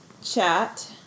Chat